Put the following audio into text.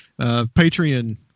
Patreon